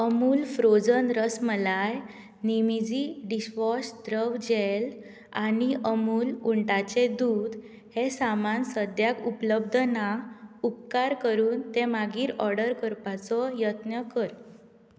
Amul frozen rasmalai नीमईजी dishwash द्रव gel आनी अमूल उंटाचें दूद हें सामान सद्याक उपलब्ध ना उपकार करून तें मागीर ऑर्डर करपाचो यत्न कर